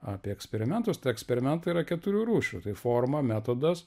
apie eksperimentus tai eksperimentai yra keturių rūšių tai forma metodas